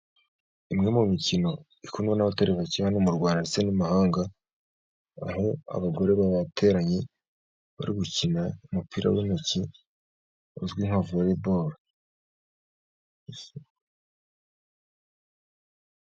Imwe mu mikino ikinwa, bakina mu Rwanda ndetse n'amahanga, abagore bateranye bari gukina umupira w'intoki uzwi nka volebolo.